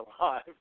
alive